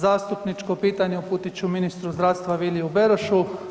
Zastupničko pitanje uputit ću ministru zdravstva, Viliju Berošu.